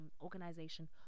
organization